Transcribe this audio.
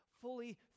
fully